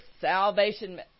salvation